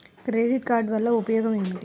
Credit card వల్ల ఉపయోగం ఏమిటీ?